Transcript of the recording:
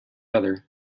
other